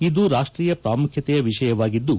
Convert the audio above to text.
ಇದು ರಾಷ್ಟೀಯ ಪ್ರಾಮುಖ್ಯತೆಯ ವಿಷಯವಾಗಿದ್ದು